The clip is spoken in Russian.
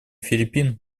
филиппин